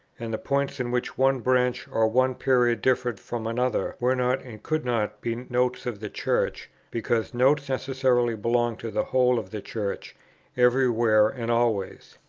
and the points in which one branch or one period differed from another were not and could not be notes of the church, because notes necessarily belong to the whole of the church every where and always.